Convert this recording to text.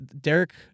Derek